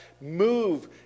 move